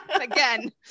again